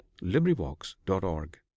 LibriVox.org